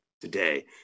today